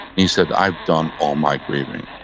and he said, i've done all my grieving.